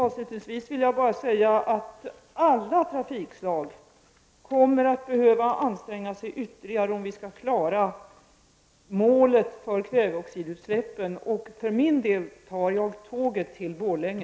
Avslutningsvis vill jag bara säga att alla trafikslag kommer att behöva anstränga sig ytterligare, om vi skall klara målet för kväveoxidutsläppen. För min del tar jag tåget till Borlänge.